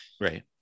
Right